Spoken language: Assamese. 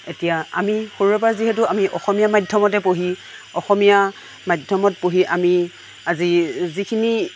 এতিয়া আমি সৰুৰে পৰা যিহেতু আমি অসমীয়া মাধ্যমতে পঢ়ি অসমীয়া মাধ্যমত পঢ়ি আমি আজি যিখিনি